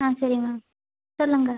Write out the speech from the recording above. ஆ சரிங்க மேம் சொல்லுங்கள்